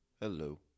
hello